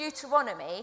Deuteronomy